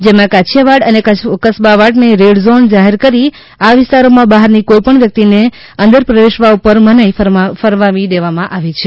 જેમા કાછીયાવાડ અને કસબાવાડ ને રેડ ઝોન જાહેર કરી આ વિસ્તારોમાં બહારની કોઈ પણ વ્યક્તિને અંદર પ્રવેશવા પર મનાઈ ફરમાવી દેવાઈ છે